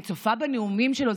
אני צופה בנאומים שלו,